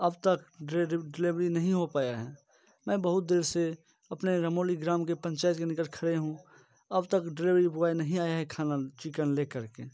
अब तक डिलेवरी नहीं हो पाया हैं मैं बहुत देर से अपने रमोली ग्राम के पंचायत के निकट खड़े हूँ अब तक डिलेवरी बॉय नहीं आया है खाना चिकन लेकर के